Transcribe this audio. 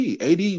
Ad